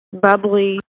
bubbly